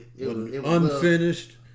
Unfinished